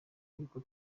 y’uko